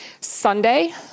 Sunday